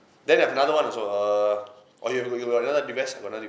then I've another one also err or you were talking about another device I got another device